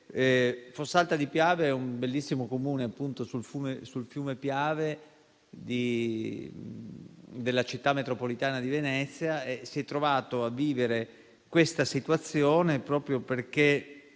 Fossalta di Piave è un bellissimo Comune, sul fiume Piave, della città metropolitana di Venezia e si è trovato a vivere questa situazione proprio perché